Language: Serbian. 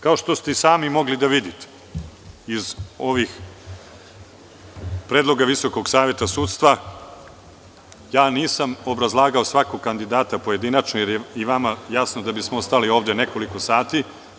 Kao što ste i sami mogli da vidite, iz ovih predloga VSS ja nisam obrazlagao svakog kandidata pojedinačno, jer je i vama jasno da bi smo ostali ovde nekoliko sati.